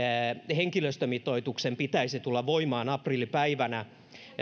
henkilöstömitoituksen pitäisi tulla voimaan aprillipäivänä